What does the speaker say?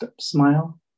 smile